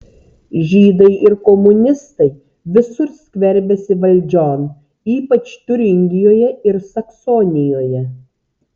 žydai ir komunistai visur skverbiasi valdžion ypač tiuringijoje ir saksonijoje